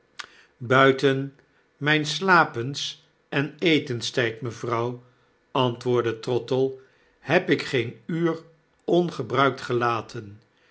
buiten miin slapens en etenstgd mevrouw antwoordde trottle heb ik geen uur ongebruikt gelaten